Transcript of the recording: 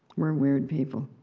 we're weird people.